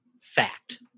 Fact